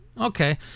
Okay